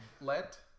let